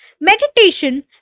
meditation